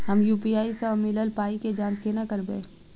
हम यु.पी.आई सअ मिलल पाई केँ जाँच केना करबै?